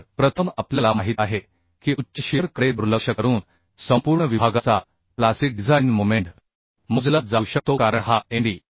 तर प्रथम आपल्याला माहित आहे की उच्च शिअर कडे दुर्लक्ष करून संपूर्ण विभागाचा प्लास्टिक डिझाइन मोमेंट मोजला जाऊ शकतो कारण हा Md